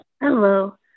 Hello